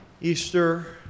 Easter